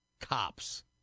Cops